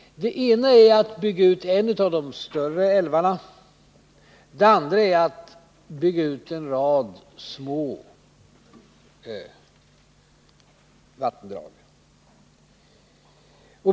Den ena vägen är att bygga ut en av de större älvarna, den andra är att bygga ut en rad små vattendrag.